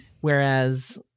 Whereas